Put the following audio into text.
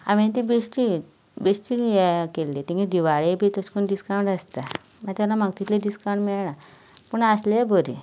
हांवेंन ती बेश्टी बेश्टी हें केल्ली तेंगे दिवाळे बी तशे कन्न डिसकावंट आसता मागी तेन्ना म्हाका तितलो डिसकावंट मेळ्ळां पूण आसले बरीं